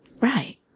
right